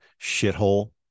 shithole